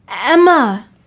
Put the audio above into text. Emma